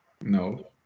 No